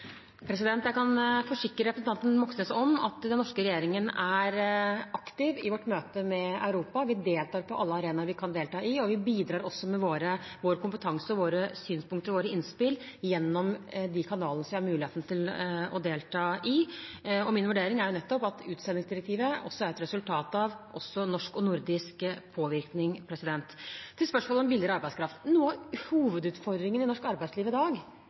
Jeg kan forsikre representanten Moxnes om at den norske regjeringen er aktiv i sitt møte med Europa. Vi deltar på alle arenaer der vi kan delta, og vi bidrar også med vår kompetanse, våre synspunkter og våre innspill gjennom de kanalene vi har muligheten til å delta i. Min vurdering er nettopp at utsendingsdirektivet også er et resultat av norsk og nordisk påvirkning. Til spørsmålet om billigere arbeidskraft: Noe av hovedutfordringen i norsk arbeidsliv i dag